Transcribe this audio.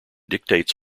dictates